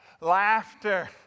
Laughter